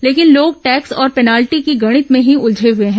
लेकिन लोग टैक्स और पेनाल्टी की गणित में ही उलझे हए हैं